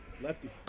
Lefty